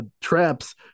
traps